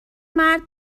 مرد